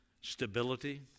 stability